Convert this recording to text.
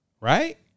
Right